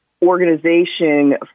organization